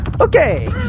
Okay